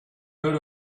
heard